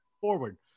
forward